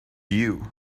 you